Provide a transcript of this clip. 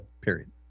Period